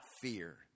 fear